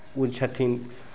ओ छथिन